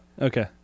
Okay